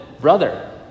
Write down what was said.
brother